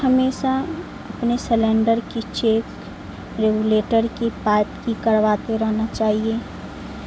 ہمیشہ اپنے سلینڈر کی چیک ریگولیٹر کی پائپ کی کرواتے رہنا چاہیے